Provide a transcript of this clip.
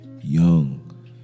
young